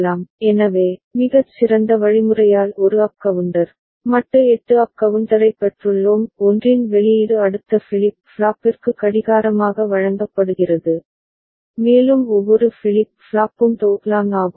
fA fClock 2 fB fClock 4 fC fClock 8 எனவே மிகச் சிறந்த வழிமுறையால் ஒரு அப் கவுண்டர் மட்டு 8 அப் கவுண்டரைப் பெற்றுள்ளோம் ஒன்றின் வெளியீடு அடுத்த ஃபிளிப் ஃப்ளாப்பிற்கு கடிகாரமாக வழங்கப்படுகிறது மேலும் ஒவ்வொரு ஃபிளிப் ஃப்ளாப்பும் டோக்லாங் ஆகும்